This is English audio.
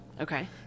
Okay